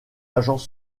agents